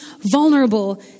vulnerable